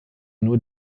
nur